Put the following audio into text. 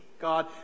God